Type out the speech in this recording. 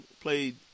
played